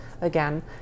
again